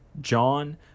john